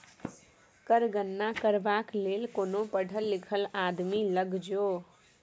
कर गणना करबाक लेल कोनो पढ़ल लिखल आदमी लग जो